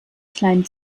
kleinen